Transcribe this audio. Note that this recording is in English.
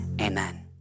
amen